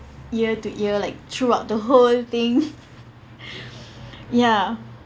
ear to ear like throughout the whole thing ya